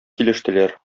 килештеләр